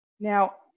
Now